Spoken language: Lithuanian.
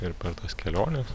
ir per tas keliones